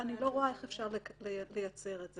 ואני לא רואה איך אפשר לייצר את זה.